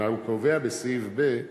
אלא הוא קובע, בסעיף (ב),